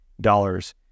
dollars